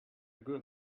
good